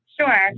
Sure